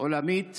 עולמית